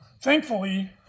thankfully